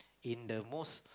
in the most